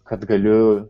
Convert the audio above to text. kad galiu